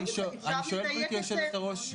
אני שואל גברתי היושבת-ראש.